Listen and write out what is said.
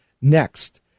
Next